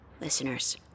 listeners